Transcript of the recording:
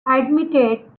admitted